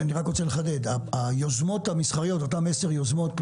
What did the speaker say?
אני רק רוצה לחדד: אותן עשר יוזמות מסחריות,